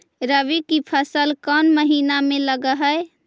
रबी की फसल कोन महिना में लग है?